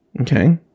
okay